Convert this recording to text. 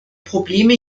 probleme